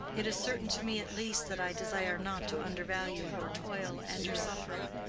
it is certain to me at least that i desire not to undervalue your toil and your suffering.